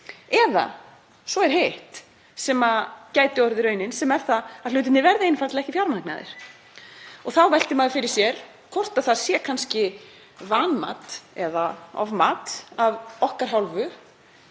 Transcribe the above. Svo er hitt sem gæti orðið raunin, sem er það að hlutirnir verði einfaldlega ekki fjármagnaðir. Þá veltir maður fyrir sér hvort það sé kannski vanmat eða ofmat af okkar hálfu